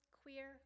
queer